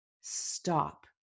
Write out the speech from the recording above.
stop